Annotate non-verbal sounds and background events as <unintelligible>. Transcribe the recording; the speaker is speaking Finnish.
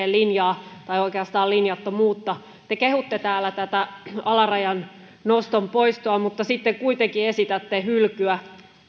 <unintelligible> linjaa tai oikeastaan linjattomuutta te kehutte täällä tätä alarajan noston poistoa mutta sitten kuitenkin esitätte hylkyä